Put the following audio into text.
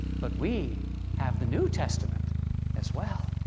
but we have the new testament as well,